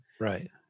Right